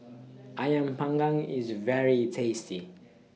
Ayam Panggang IS very tasty